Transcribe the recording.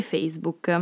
Facebook